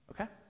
Okay